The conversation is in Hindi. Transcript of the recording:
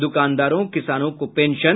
दुकानदारों किसानों को पेंशन